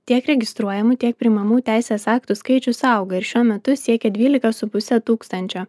tiek registruojamų tiek priimamų teisės aktų skaičius auga ir šiuo metu siekia dvylika su puse tūkstančio